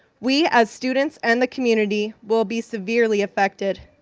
we as students and the community will be severely affected.